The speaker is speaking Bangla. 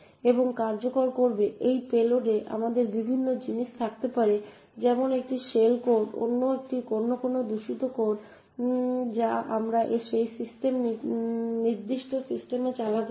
এবং কার্যকর করবে এই পেলোডে আমাদের বিভিন্ন জিনিস থাকতে পারে যেমন একটি শেল কোড বা অন্য কোনো দূষিত কোড যা আমরা সেই নির্দিষ্ট সিস্টেমে চালাতে চাই